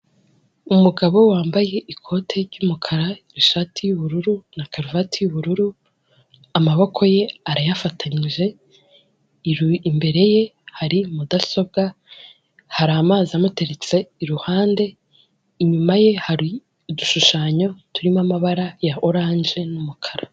Umugabo wambaye ikote ry'umukara, ishati y'ubururu na karuvati y'ubururu .Amaboko ye arayafatanije imbere ye hari mudasobwa ,hari amazi amuteretse iruhande inyuma ye hari udushushanyo turimo amabara ya orange n'umukara.